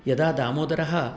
यदा दामोदरः